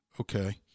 Okay